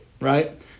Right